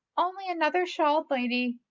only another shawled lady,